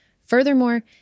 Furthermore